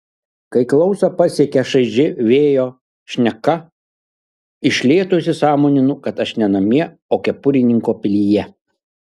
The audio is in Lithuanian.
kai klausą pasiekia šaiži vėjo šneka iš lėto įsisąmoninu kad aš ne namie o kepurininko pilyje